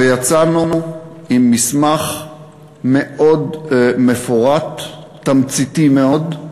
ויצאנו עם מסמך מאוד מפורט, תמציתי מאוד,